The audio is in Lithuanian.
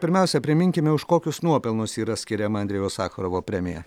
pirmiausia priminkime už kokius nuopelnus yra skiriama andrejaus sacharovo premija